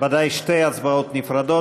שתי הצבעות נפרדות,